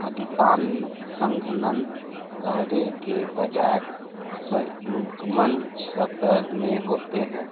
अधिकांश संघनन गहरे के बजाय संयुग्मन सतह में होते हैं